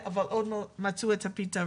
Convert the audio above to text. חושבים אבל עדיין לא נמצא הפתרון.